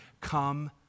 Come